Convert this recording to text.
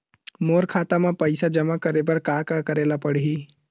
मोर खाता म पईसा जमा करे बर का का करे ल पड़हि?